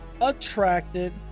attracted